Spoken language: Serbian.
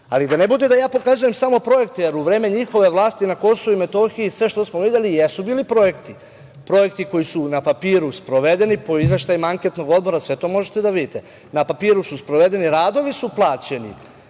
da ne bude da ja pokazujem samo projekte, jer u vreme njihove vlasti na KiM sve što smo videli jesu bili projekti. Projekti koji su na papiru sprovedeni, po izveštajima anketnog odbora, sve to možete da vidite, na papiru su sprovedeni, radovi su plaćeni,